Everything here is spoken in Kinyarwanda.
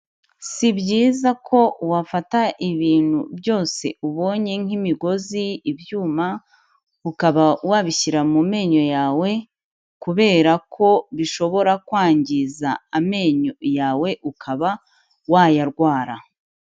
Si byiza ko wafata ibintu byose ubonye nk'imigozi, ibyuma, ukaba wabishyira mu menyo yawe, kubera ko bishobora kwangiza amenyo yawe ukaba wayarwara.